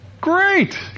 great